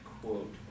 quote